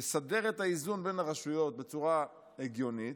לסדר את האיזון בין הרשויות בצורה הגיונית,